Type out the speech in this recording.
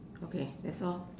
okay that's all